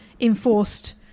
enforced